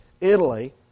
Italy